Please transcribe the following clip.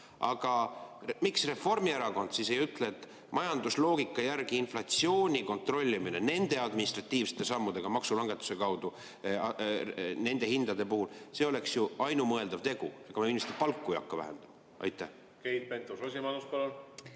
Miks Reformierakond siis ei ütle, et majandusloogika järgi inflatsiooni kontrollimine nende administratiivsete sammudega maksulangetuse kaudu nende hindade puhul oleks ju ainumõeldav tegu? Ega me inimestel palku ei hakka vähendama. Keit Pentus-Rosimannus,